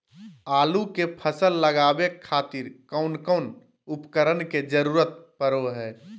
आलू के फसल लगावे खातिर कौन कौन उपकरण के जरूरत पढ़ो हाय?